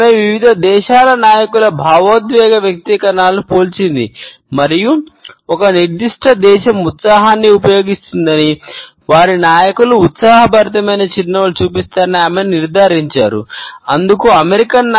ఆమె వివిధ దేశాల నాయకుల భావోద్వేగ వ్యక్తీకరణలను పోల్చింది మరియు ఒక నిర్దిష్ట దేశం ఉత్సాహాన్ని ఉపయోగిస్తుందని వారి నాయకులు ఉత్సాహభరితమైన చిరునవ్వులను చూపిస్తారని ఆమె నిర్ధారించారు అందుకు అమెరికన్